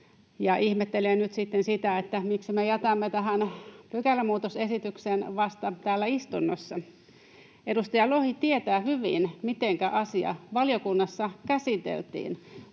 ihmettelee nyt sitä, miksi me jätämme tähän pykälämuutosesityksen vasta täällä istunnossa. Edustaja Lohi tietää hyvin, mitenkä asia valiokunnassa käsiteltiin.